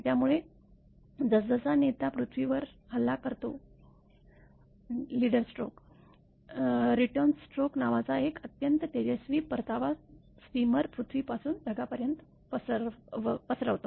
त्यामुळे जसजसा नेता पृथ्वीवर हल्ला करतो रिटर्न्स स्ट्रोक नावाचा एक अत्यंत तेजस्वी परतावा स्टीमर पृथ्वीपासून ढगापर्यंत पसरवतो